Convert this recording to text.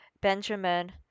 Benjamin